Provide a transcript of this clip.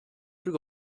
plus